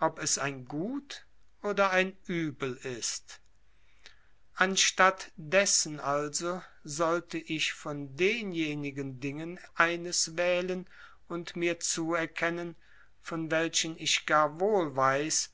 ob es ein gut oder ein übel ist anstatt dessen also sollte ich von denjenigen dingen eines wählen und mir zuerkennen von welchen ich gar wohl weiß